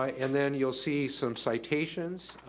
and then you'll see some citations.